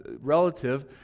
relative